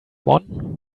one